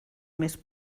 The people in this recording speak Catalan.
més